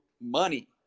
money